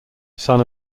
son